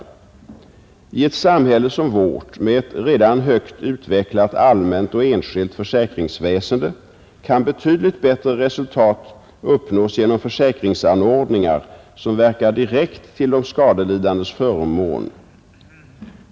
I ett samhälle som vårt, med ett redan högt utvecklat allmänt och enskilt försäkringsväsende, kan betydligt bättre resultat uppvisas genom försäkringsanordningar som verkar direkt till de skadelidandes förmån.